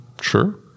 sure